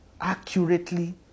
accurately